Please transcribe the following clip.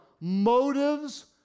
Motives